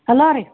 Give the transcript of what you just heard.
hello ರೀ